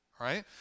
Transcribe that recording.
right